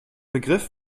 begriff